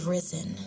Risen